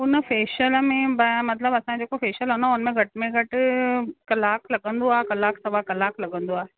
उन फेशियल में ॿ मतिलबु असांजो जेको फेशियल आहे न उनमें घटि में घटि कलाकु लॻंदो आहे कलाकु सवा कलाकु लॻंदो आहे